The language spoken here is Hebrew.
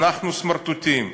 אנחנו סמרטוטים.